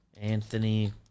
Anthony